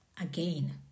again